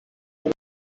como